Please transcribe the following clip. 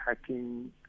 hacking